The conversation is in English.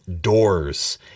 doors